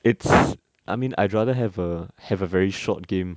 it's I mean I'd rather have a have a very short game